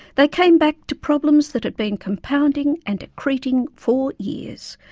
they came back to problems that had been compounding and accreting for years.